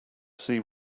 see